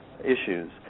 issues